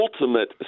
ultimate